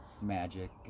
Magic